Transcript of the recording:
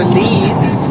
leads